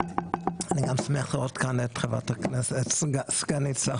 אני גם שמח לראות כאן את חברת הכנסת סגנית שר